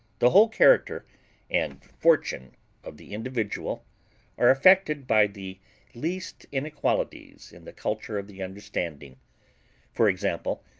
the whole character and fortune of the individual are affected by the least inequalities in the culture of the understanding for example,